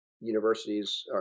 universities